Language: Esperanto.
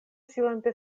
silente